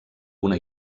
una